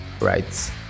right